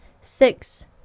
Six